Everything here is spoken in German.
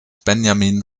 benjamin